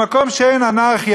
במקום שאין אנרכיה,